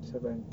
seven